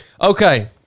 Okay